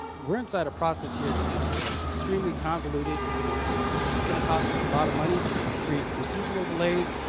we're inside a process here that is extremely convoluted and it's going to cost us a lot of money to create procedural delays,